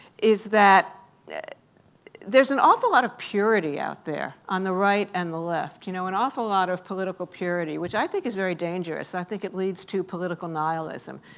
is that there's an awful lot of purity out there on the right and the left, you know, an awful lot of political purity, which i think is very dangerous. i think it leads to political nihilism.